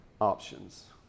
options